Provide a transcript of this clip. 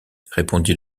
répondit